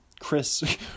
Chris